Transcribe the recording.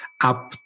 up